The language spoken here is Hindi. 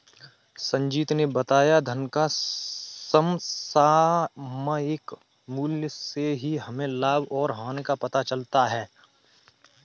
संजीत ने बताया धन का समसामयिक मूल्य से ही हमें लाभ और हानि का पता चलता है